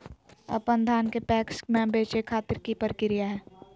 अपन धान के पैक्स मैं बेचे खातिर की प्रक्रिया हय?